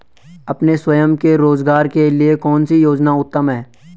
अपने स्वयं के रोज़गार के लिए कौनसी योजना उत्तम है?